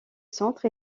centre